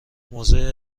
موضع